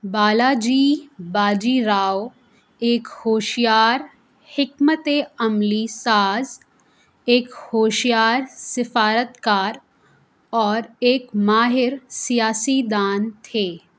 بالاجی باجی راؤ ایک ہوشیار حکمتِ عملی ساز ایک ہوشیار سفارت کار اور ایک ماہر سیاسی دان تھے